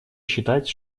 считать